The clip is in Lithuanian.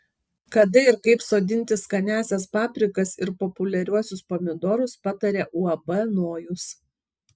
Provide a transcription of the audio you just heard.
kada ir kaip sodinti skaniąsias paprikas ir populiariuosius pomidorus pataria uab nojus